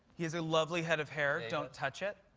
he has a lovely head of hair. don't touch it.